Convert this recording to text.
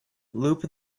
loop